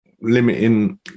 limiting